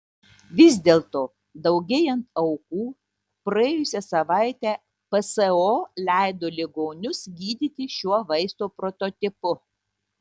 vis dėlto daugėjant aukų praėjusią savaitę pso leido ligonius gydyti šiuo vaisto prototipu